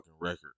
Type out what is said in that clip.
record